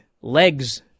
legs